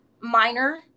minor